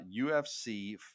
UFC